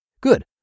Good